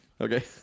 Okay